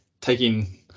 taking